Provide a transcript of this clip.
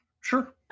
Sure